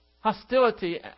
hostility